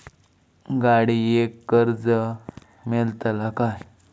गाडयेक कर्ज मेलतला काय?